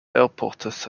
airport